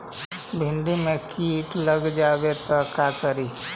भिन्डी मे किट लग जाबे त का करि?